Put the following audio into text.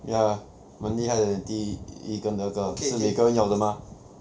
ya 蛮厉害的 leh 第一跟二个是你